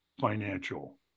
financial